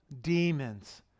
demons